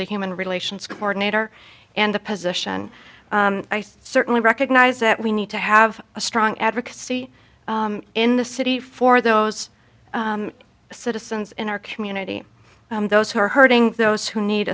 the human relations coordinator and the position i certainly recognize that we need to have a strong advocacy in the city for those citizens in our community those who are hurting those who need